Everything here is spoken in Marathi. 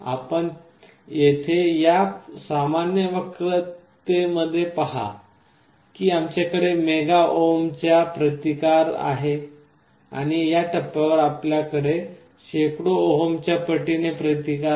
आपणास येथे या सामान्य वक्रतेमध्ये पहा की आमच्याकडे मेगा ओम्सच्या प्रतिकार आहे आणि या टप्प्यावर आपल्याकडे शेकडो ओहमच्या पटीने प्रतिकार आहे